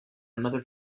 another